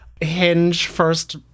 hinge-first